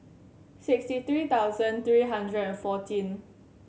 sixty three thousand three hundred and fourteen